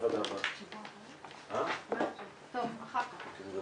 ברורה ההשפעה על